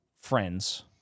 friends